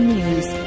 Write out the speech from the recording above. News